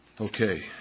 Okay